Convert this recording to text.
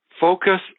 Focus